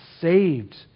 saved